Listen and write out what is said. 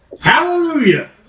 Hallelujah